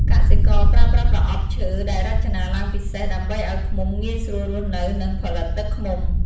កសិករប្រើប្រាស់ប្រអប់ឈើដែលរចនាឡើងពិសេស ដើម្បីឲ្យឃ្មុំងាយស្រួលរស់នៅ និងផលិតទឹកឃ្មុំ។